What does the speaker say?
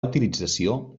utilització